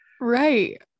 Right